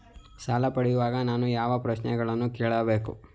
ಸಾಲ ಪಡೆಯುವಾಗ ನಾನು ಯಾವ ಪ್ರಶ್ನೆಗಳನ್ನು ಕೇಳಬೇಕು?